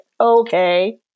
Okay